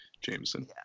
Jameson